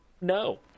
No